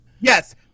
Yes